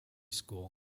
school